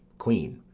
queen.